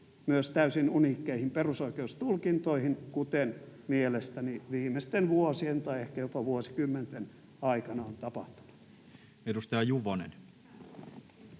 myös täysin uniikkeihin perusoikeustulkintoihin, kuten mielestäni viimeisten vuosien tai ehkä jopa vuosikymmenten aikana on tapahtunut. Edustaja Juvonen.